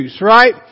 right